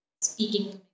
speaking